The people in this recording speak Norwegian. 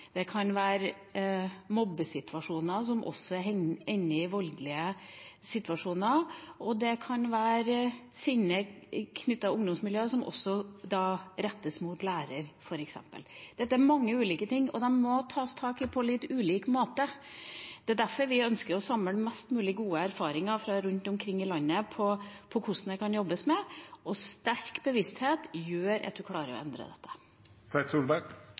det kan være mobbesituasjoner som ender i voldelige situasjoner, og det kan være sinne knyttet til et ungdomsmiljø som rettes mot lærer, f.eks. Dette er mange ulike ting, og de må tas tak i på litt ulik måte. Det er derfor vi ønsker å samle mest mulig gode erfaringer fra rundt omkring i landet om hvordan dette kan jobbes med. Sterk bevissthet gjør at man klarer å endre